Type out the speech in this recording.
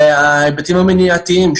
וההיבטים המניעתיים,